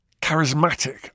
charismatic